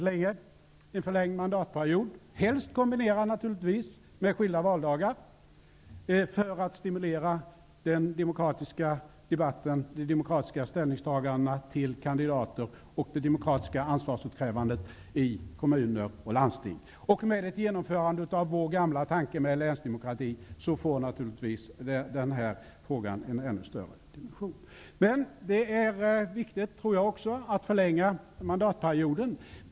Vi vill ha en förlängd mandatperiod, helst kombinerad med skilda valdagar, för att stimulera den demokratiska debatten, de demokratiska ställningstagandena till kandidater och det demokratiska ansvarsutkrävandet i kommuner och landsting. Med ett genomförande av vår gamla tanke på länsdemokrati får denna fråga en ännu större dimension. Det är viktigt att förlänga mandatperioden.